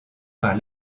par